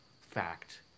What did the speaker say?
fact